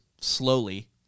slowly